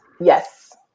Yes